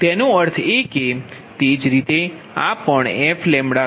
તેનો અર્થ એ કે તે જ રીતે આ પણ fλKPLPLoss છે